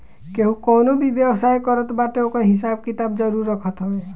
केहू कवनो भी व्यवसाय करत बाटे ओकर हिसाब किताब जरुर रखत हवे